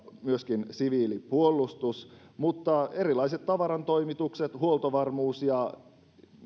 myöskin siviilipuolustus mutta erilaisissa tavarantoimituksissa huoltovarmuudessa ja